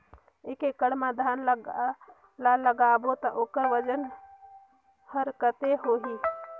एक एकड़ मा धान ला लगाबो ता ओकर वजन हर कते होही?